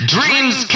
Dreams